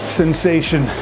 sensation